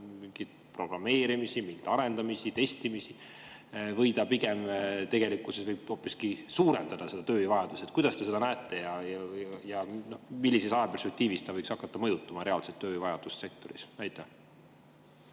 mingit programmeerimist, mingit arendamist, testimist või ta tegelikkuses võib hoopiski suurendada tööjõuvajadust? Kuidas te seda näete ja millises ajaperspektiivis ta võiks hakata mõjutama reaalset tööjõuvajadust sektoris? Tänan